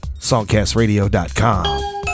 SongcastRadio.com